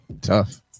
tough